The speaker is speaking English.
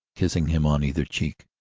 kissing him on either cheek.